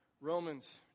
Romans